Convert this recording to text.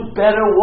better